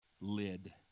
lid